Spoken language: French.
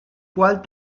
poils